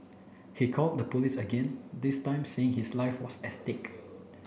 he called the police again this time saying his life was at stake